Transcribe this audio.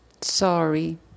Sorry